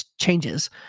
changes